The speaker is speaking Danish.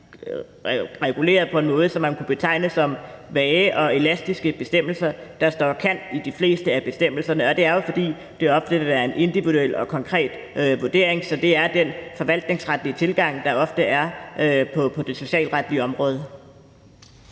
reguleret på en måde, så man kunne betegne dens bestemmelser som vage og elastiske. Der står »kan« i de fleste af bestemmelserne, og det er jo, fordi det ofte vil være en individuel og konkret vurdering, så det er den forvaltningsretlige tilgang, der ofte er på det socialretlige område.